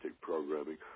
Programming